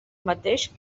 mateix